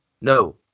No